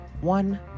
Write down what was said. one